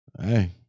hey